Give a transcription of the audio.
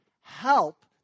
help